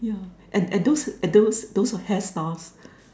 yeah and and those and those those hairstyles